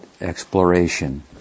exploration